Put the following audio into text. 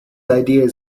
ideas